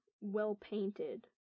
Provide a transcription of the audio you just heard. well-painted